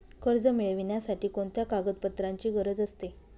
कर्ज मिळविण्यासाठी कोणत्या कागदपत्रांची गरज असते?